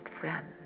friend